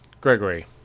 Gregory